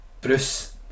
Bruce